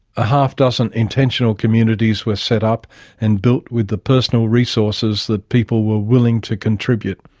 a half dozen intentional communities were set up and built with the personal resources that people were willing to contribute.